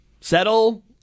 Settle